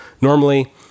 normally